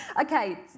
Okay